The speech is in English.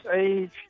age